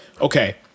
Okay